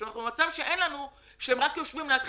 אלא שבמציאות אנחנו במצב שהם רק עכשיו יושבים להתחיל